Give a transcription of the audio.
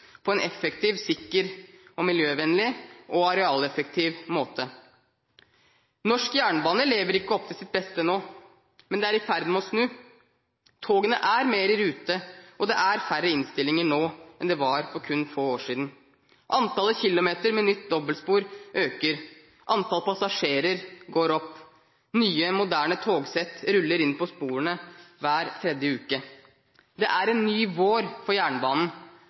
på en effektiv, sikker, miljøvennlig og arealeffektiv måte. Norsk jernbane lever ikke opp til sitt beste nå, men det er i ferd med å snu. Togene er mer i rute, og det er færre innstillinger nå enn det var for kun få år siden. Antallet kilometer med nytt dobbeltspor øker, antallet passasjerer går opp, nye moderne togsett ruller inn på sporene hver tredje uke. Det er en ny vår for jernbanen,